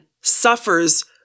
suffers